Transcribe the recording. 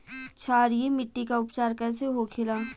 क्षारीय मिट्टी का उपचार कैसे होखे ला?